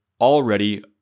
already